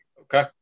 Okay